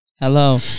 Hello